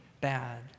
bad